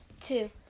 two